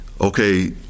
okay